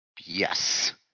Yes